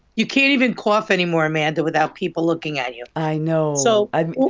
you can't even cough anymore, amanda, without people looking at you i know so. i'm.